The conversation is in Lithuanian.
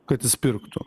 kad jis pirktų